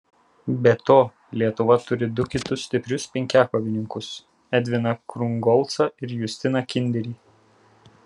be to lietuva turi du kitus stiprius penkiakovininkus edviną krungolcą ir justiną kinderį